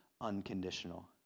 unconditional